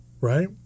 Right